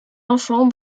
enfants